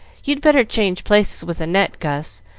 you'd better change places with annette, gus,